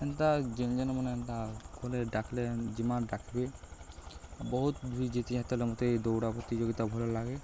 ଏନ୍ତା ଯେନ୍ ଯେନ୍ ମାନେ ଏନ୍ତା ଗଲେ ଡାକ୍ଲେ ଜିମା ଡାକ୍ବେ ବହୁତ୍ ବି ଜିତି ହେତେବେଲେ ମତେ ଦୌଡ଼ା ପ୍ରତିଯୋଗିତା ଭଲ ଲାଗେ